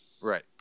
Right